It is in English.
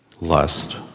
lust